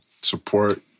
support